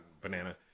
banana